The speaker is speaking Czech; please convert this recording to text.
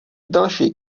další